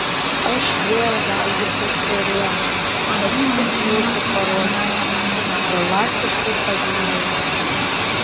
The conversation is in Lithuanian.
aš vėl valgysiu ėrieną bet tik jūsų paruoštą galantiškai pagyrė jis